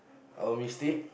our mistake